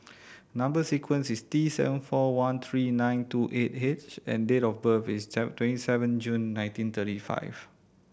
number sequence is T seven four one three nine two eight H and date of birth is twenty seven June nineteen thirty five